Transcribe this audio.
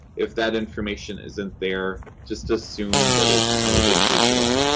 if that information isn't there, just assume that it's probably digital.